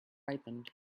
ripened